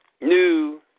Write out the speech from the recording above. new